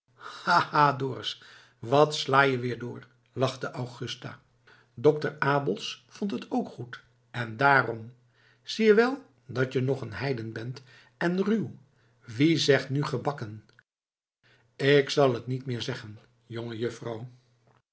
ha dorus wat sla je weer door lachte augusta dokter abels vond het ook goed en daarom zie je wel dat je nog een heiden bent en ruw wie zegt er nu gebakken ik zal het niet meer zeggen